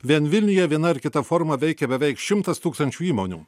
vien vilniuje viena ar kita forma veikia beveik šimtas tūkstančių įmonių